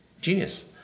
genius